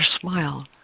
smile